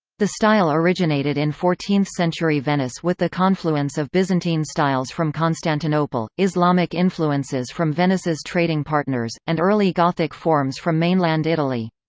the style originated in fourteenth century venice with the confluence of byzantine styles from constantinople, islamic influences from venice's trading partners, and early gothic forms from mainland italy.